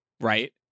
right